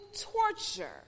torture